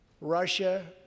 Russia